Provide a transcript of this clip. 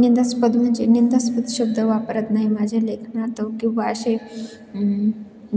निंदास्पद म्हणजे निंदास्पद शब्द वापरत नाही माझ्या लेखनात किंवा असे